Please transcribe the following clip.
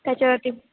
त्याच्यावरती